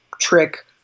trick